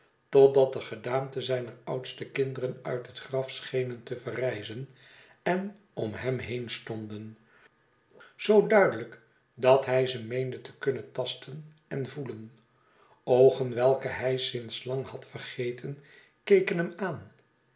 totdat de gedaanten zijner oudste kinderen uit het graf schenen te verrijzen en om hem heen stonden zoo duidelijk dat hy ze meende te kunnen tasten en voelen oogen welke hij sinds lang had vergeten keken hem aan